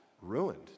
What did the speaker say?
ruined